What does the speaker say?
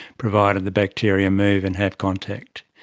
provided the bacteria move and have contact.